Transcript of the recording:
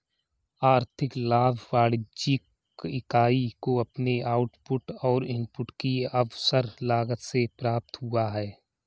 आर्थिक लाभ वाणिज्यिक इकाई को अपने आउटपुट और इनपुट की अवसर लागत से प्राप्त हुआ है